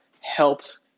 helps